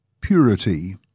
purity